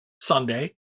Sunday